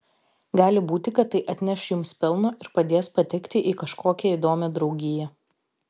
gali būti kad tai atneš jums pelno ir padės patekti į kažkokią įdomią draugiją